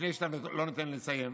לפני שאתה לא נותן לי לסיים: